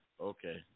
Okay